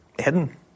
hidden